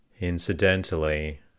Incidentally